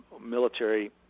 military